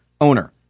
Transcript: Owner